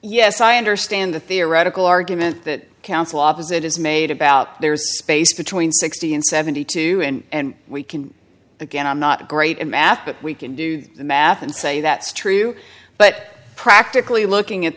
yes i understand the theoretical argument that counsel opposite is made about there is space between sixty and seventy two and we can again i'm not great at math but we can do the math and say that's true but practically looking at